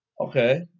Okay